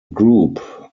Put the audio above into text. group